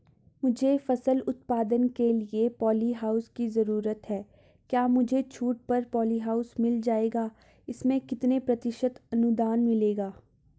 मुझे फसल उत्पादन के लिए प ॉलीहाउस की जरूरत है क्या मुझे छूट पर पॉलीहाउस मिल जाएगा इसमें कितने प्रतिशत अनुदान मिलेगा?